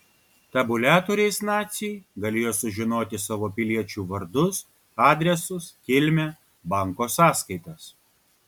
tabuliatoriais naciai galėjo sužinoti savo piliečių vardus adresus kilmę banko sąskaitas